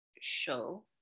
show